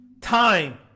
time